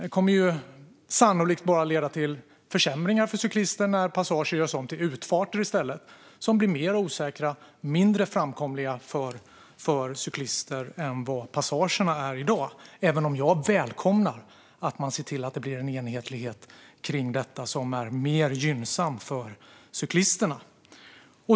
Det kommer sannolikt bara att leda till försämringar för cyklister när passager görs om till utfarter i stället som blir mer osäkra och mindre framkomliga för cyklister än vad passagerna är i dag, även om jag välkomnar att man ser till att det blir en enhetlighet kring detta som är mer gynnsam för cyklisterna.